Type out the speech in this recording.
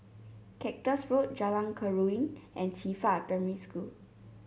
Cactus Road Jalan Keruing and Qifa Primary School